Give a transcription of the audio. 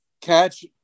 catch